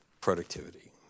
productivity